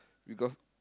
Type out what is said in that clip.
because